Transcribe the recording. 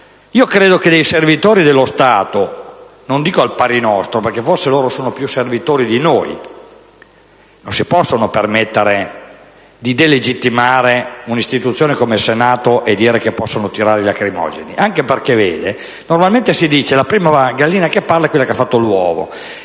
Credo che dei servitori dello Stato, non dico al pari nostro, perché forse loro sono più servitori di noi, non si possano permettere di delegittimare un'istituzione come il Senato e dire che possono tirare i lacrimogeni in Senato. Normalmente si dice che la prima gallina che canta è quella che ha fatto l'uovo.